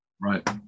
right